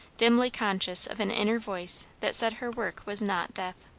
dimly conscious of an inner voice that said her work was not death.